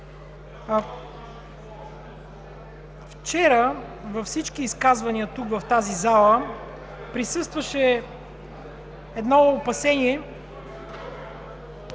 Вчера във всички изказвания тук, в тази зала присъстваше едно опасение…